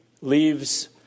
leaves